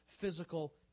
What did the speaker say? physical